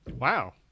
Wow